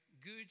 good